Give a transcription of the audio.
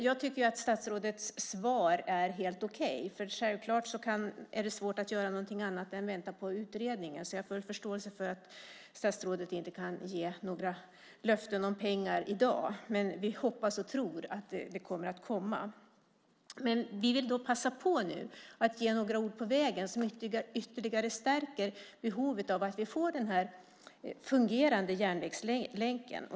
Jag tycker att statsrådets svar är helt okej, för självklart är det svårt att göra något annat än att vänta på utredningen. Jag har därför full förståelse för att statsrådet inte kan ge några löften om pengar i dag, men vi hoppas och tror att det kommer. Vi vill nu passa på att ge några ord på vägen som ytterligare stärker behovet av denna fungerande järnvägslänk.